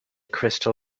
crystal